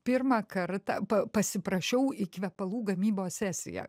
pirmą kartą pa pasiprašiau į kvepalų gamybos sesiją